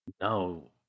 No